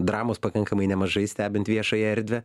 dramos pakankamai nemažai stebint viešąją erdvę